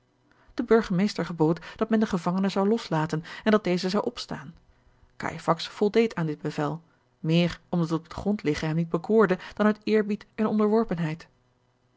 de burgemeester gebood dat men den gevangene zou loslaten en dat deze zou opstaan cajefax voldeed aan dit bevel meer omdat het op den grond liggen hem niet bekoorde dan uit eerbied en onderworpenheid